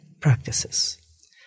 practices